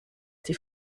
die